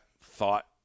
thought